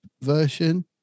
version